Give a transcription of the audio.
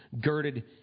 girded